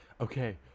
Okay